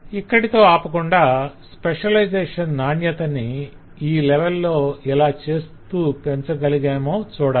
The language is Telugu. ఇక్కడితో ఆపకుండా స్పెషలైజేషన్ నాణ్యతని ఈ లెవెల్ లో ఇలా చేస్తూ పెంచగలమేమో చూడాలి